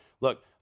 look